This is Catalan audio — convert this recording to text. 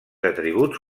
atributs